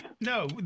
No